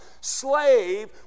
slave